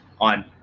on